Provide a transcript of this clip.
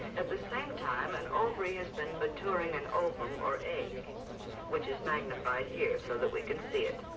at the same time an ovary has been maturing an ovum or egg which is magnified here so that we can see it.